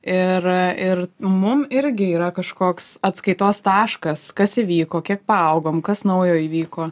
ir ir mum irgi yra kažkoks atskaitos taškas kas įvyko kiek paaugom kas naujo įvyko